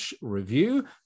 review